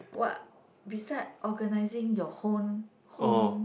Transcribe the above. what beside organising your hon~ home